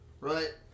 right